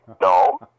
no